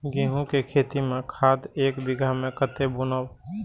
गेंहू के खेती में खाद ऐक बीघा में कते बुनब?